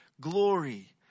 Glory